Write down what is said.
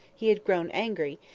he had grown angry,